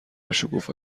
شکوفا